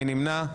מי נמנע?